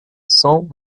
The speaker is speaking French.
cent